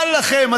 קל לכם,